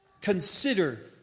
consider